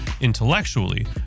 intellectually